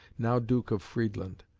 now duke of friedland,